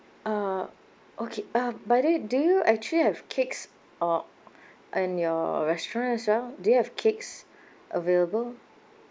uh okay uh by the way do you actually have cakes uh in your restaurant as well do you have cakes available